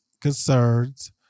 concerns